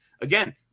again